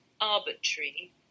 arbitrary